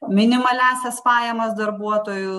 minimaliąsias pajamas darbuotojų